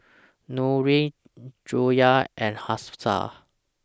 Nurin Joyah and Hafsa